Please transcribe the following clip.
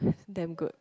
damn good